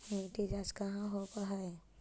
मिट्टी जाँच कहाँ होव है?